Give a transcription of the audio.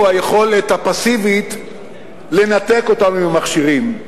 היכולת הפסיבית לנתק אותנו מהמכשירים,